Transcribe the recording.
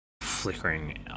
flickering